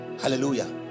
Hallelujah